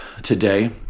today